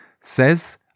says